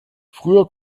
früher